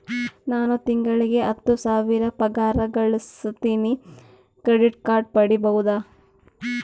ನಾನು ತಿಂಗಳಿಗೆ ಹತ್ತು ಸಾವಿರ ಪಗಾರ ಗಳಸತಿನಿ ಕ್ರೆಡಿಟ್ ಕಾರ್ಡ್ ಪಡಿಬಹುದಾ?